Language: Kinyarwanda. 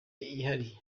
yihariye